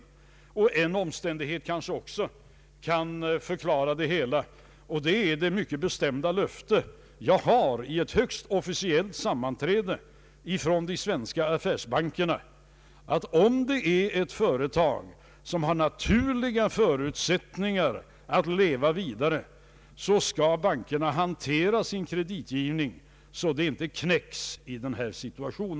Det finns också en annan omständighet som kanske kan förklara det hela, nämligen det mycket bestämda löfte jag har från de svenska affärsbankerna vid ett högst officiellt sammanträde, att om ett företag har naturliga förutsättningar att leva vidare, skall bankerna hantera sin kreditgivning så att detta företag inte knäcks i denna situation.